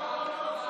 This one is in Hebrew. לא לא,